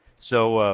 so,